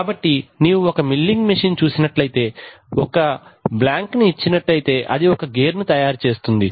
కాబట్టి నీవు ఒక మిల్లింగ్ మెషీన్ చూస్తేఒక బ్లాంక్ ని ఇచ్చినట్లైతే అది ఒక గేర్ ను తయారు చేస్తుంది